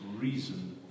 reason